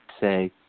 say